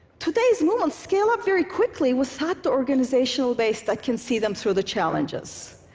today's movements scale up very quickly without the organizational base that can see them through the challenges.